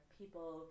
people